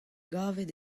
gavet